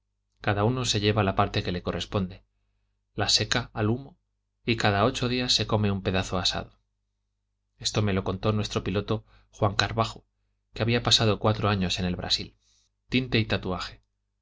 cada uno se lleva la parte que le corresponde la seca al humo y cada ocho días se come un pedazo asado esto me lo contó nuestro piloto juan car bajo que había pasado cuatro años en el brasil tinte y tatuaje